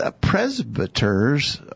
presbyters